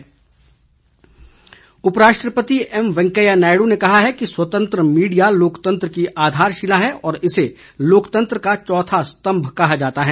सूर्य प्रकाश उपराष्ट्रपति एम वेंकैया नायडू ने कहा है कि स्वतंत्र मीडिया लोकतंत्र की आधारशिला है और इसे लोकतंत्र का चौथा स्तंभ कहा जाता है